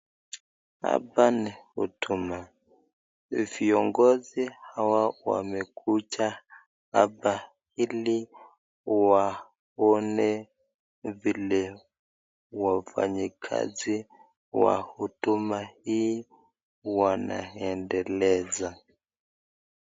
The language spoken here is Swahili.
Hapa ni huduma viongozi hawa wanekuja hapa hili waone vile wafanyikazi wa huduma hii wanaendeleza.